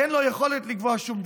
כי אין לו יכולת לקבוע שום דבר.